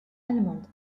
allemande